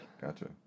Gotcha